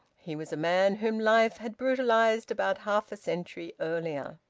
he was a man whom life had brutalised about half a century earlier.